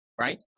right